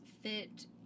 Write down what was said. fit